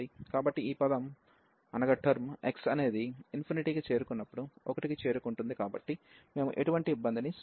కాబట్టి ఈ పదం x అనేది కి చేరుకున్నప్పుడు 1 కి చేరుకుంటుంది కాబట్టి మేము ఎటువంటి ఇబ్బందిని సృష్టించము